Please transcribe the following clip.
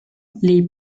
les